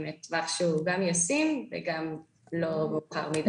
טווח שהוא באמת ישים וגם לא מאוחר מדי.